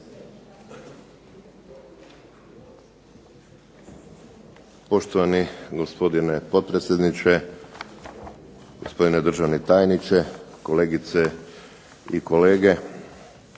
Poštovani gospodine potpredsjedniče, gospodine državni tajniče, kolegice i kolege.